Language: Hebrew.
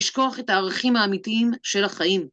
‫לשכוח את הערכים האמיתיים של החיים.